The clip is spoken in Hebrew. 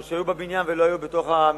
או שהיו בבניין אבל לא היו בתוך המליאה.